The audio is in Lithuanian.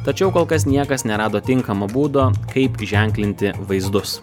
tačiau kol kas niekas nerado tinkamo būdo kaip ženklinti vaizdus